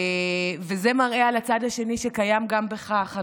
זה מראה את הצד השני שקיים גם בך, חנוך.